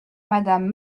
madame